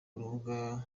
urubuga